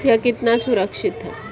यह कितना सुरक्षित है?